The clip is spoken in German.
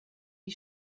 wie